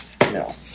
No